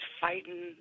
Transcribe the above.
fighting